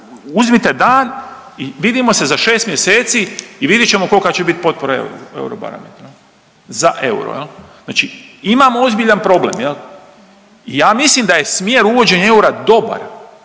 uzmite dan i vidimo se za šest mjeseci i vidjet ćemo kolika će bit potpora euru Eurobarometra za euro. Znači imamo ozbiljan problem. Ja mislim da je smjer uvođenja eura dobar,